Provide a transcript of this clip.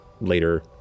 later